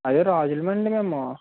అయ్యో రాజులం అండి మేము